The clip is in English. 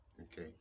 Okay